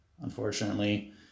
unfortunately